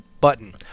button